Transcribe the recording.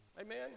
Amen